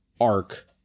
arc